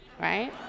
right